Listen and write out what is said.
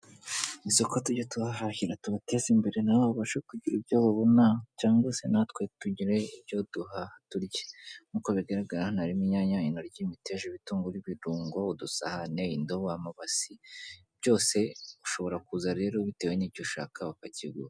Isoko tujya tubahahira tubateze imbere nabo babashe kugira ibyo babona cyangwa se natwe tugire ibyo duhaha turye, nk'uko bigaragara, hatimo, imyanya, imiteja, intoryo, ibitunguru bito, ngo dusahane indobo, amabasi byose ushobora kuza rero bitewe n'icyo ushaka bakakiguha.